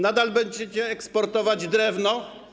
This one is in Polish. Nadal będziecie eksportować drewno?